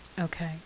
Okay